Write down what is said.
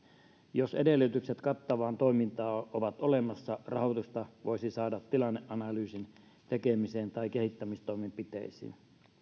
jos edellytykset kannattavaan toimintaan ovat olemassa rahoitusta voisi saada tilanneanalyysin tekemiseen tai kehittämistoimenpiteisiin